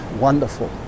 wonderful